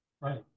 Right